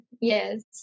yes